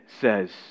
says